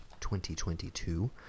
2022